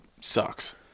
sucks